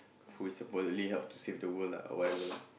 who is supposedly help to save the world lah or whatever